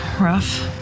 Rough